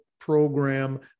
program